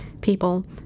people